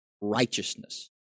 righteousness